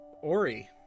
Ori